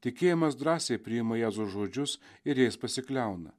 tikėjimas drąsiai priima jėzaus žodžius ir jais pasikliauna